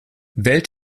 wählt